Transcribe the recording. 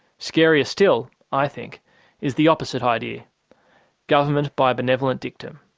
scarier still i think is the opposite idea government by benevolent dictum.